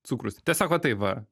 cukrus tiesiog va taip va